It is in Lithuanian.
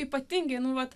ypatingai nu vat